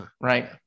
Right